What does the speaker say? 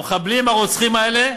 המחבלים הרוצחים האלה,